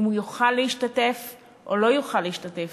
אם הוא יוכל להשתתף או לא יוכל להשתתף.